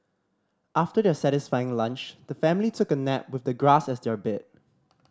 after their satisfying lunch the family took a nap with the grass as their bed